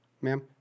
ma'am